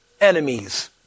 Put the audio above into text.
enemies